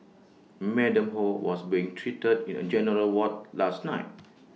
Madam ho was being treated in A general ward last night